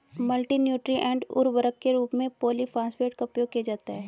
multi nutrient उर्वरक के रूप में पॉलिफॉस्फेट का उपयोग किया जाता है